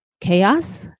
chaos